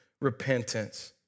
repentance